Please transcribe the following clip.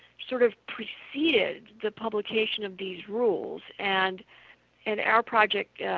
sort of preceded the publication of these rules. and and our project